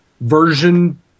version